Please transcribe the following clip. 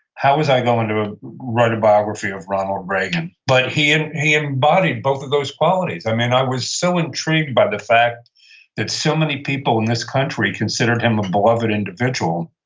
how was i going to ah write a biography of ronald reagan? but he and he embodied both of those qualities i mean, i was so intrigued by the fact that so many people in this country considered him a beloved individual,